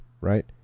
right